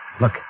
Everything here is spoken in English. Look